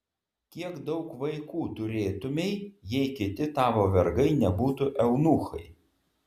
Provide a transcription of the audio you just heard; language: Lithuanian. kiek daug vaikų turėtumei jei kiti tavo vergai nebūtų eunuchai